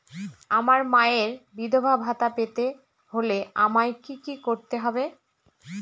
আমার মায়ের বিধবা ভাতা পেতে হলে আমায় কি কি করতে হবে?